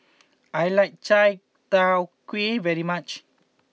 I like Chai Tow Kuay very much